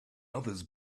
others